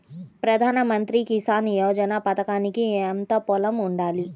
ప్రధాన మంత్రి కిసాన్ యోజన పథకానికి ఎంత పొలం ఉండాలి?